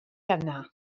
yna